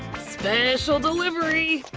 special delivery!